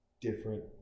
different